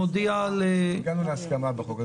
הגענו להסכמה בחוק.